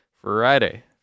Friday